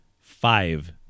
five